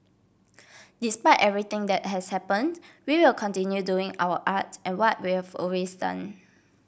despite everything that has happened we will continue doing our art and what we've always done